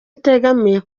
itegamiye